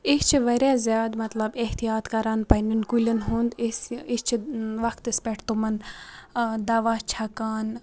أسۍ چھِ واریاہ زیادٕ مطلب احتِیاط کَران پنٛنٮ۪ن کُلٮ۪ن ہُنٛد أسۍ أسۍ چھِ وَقتَس پٮ۪ٹھ تِمَن دَوا چھَکان